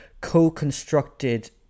co-constructed